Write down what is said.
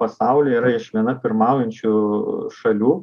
pasaulyje yra viena pirmaujančių šalių